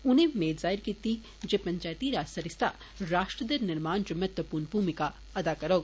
उनें मेद जाहिर कीति ते पंचैती राज सरीस्ता राष्ट्र दे निर्माण च महत्वपूर्ण भूमिका अदा करौग